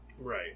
Right